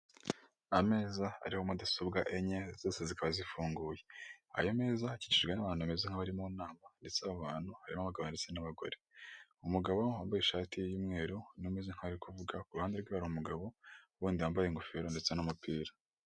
Ameza ariho mudasobwa enye zose zikaba zifunguye ayo meza akikijwe n'abantu basa nk'aho bari mu nama ndetse abantu barimo abagabo ndetse n'abagore umugabo wambaye ishati y'umweru umeze nk'uri kuvuga kuruhande rwe hari umu gabo wundi wambaye ingofero ndetse n'umupira.